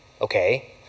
Okay